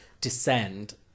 descend